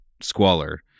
squalor